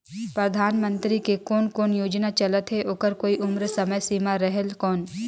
परधानमंतरी के कोन कोन योजना चलत हे ओकर कोई उम्र समय सीमा रेहेल कौन?